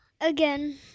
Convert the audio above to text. Again